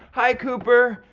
hi cooper,